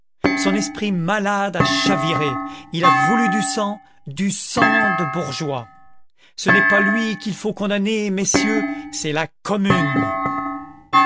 son esprit malade a chaviré il a voulu du sang du sang de bourgeois ce n'est pas lui qu'il faut condamner messieurs c'est la commune